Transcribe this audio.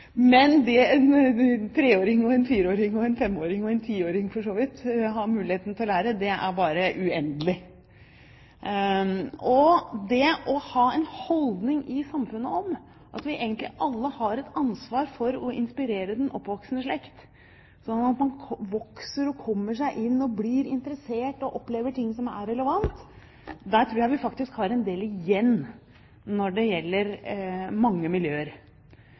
men det en treåring, en fireåring, en femåring og en tiåring har muligheten til å lære, er uendelig. Når det gjelder det å ha en holdning i samfunnet om at vi alle har et ansvar for å inspirere den oppvoksende slekt slik at man vokser, kommer seg inn, blir interessert og opplever ting som er relevant, tror jeg faktisk vi har en del igjen i mange miljøer. Lærlingordningen i Norge er egentlig ganske unik. Mange